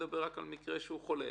מדבר רק על מקרה שהוא חולה.